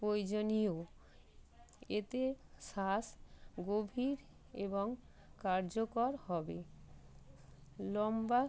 প্রয়োজনীয় এতে শ্বাস গভীর এবং কার্যকর হবে লম্বা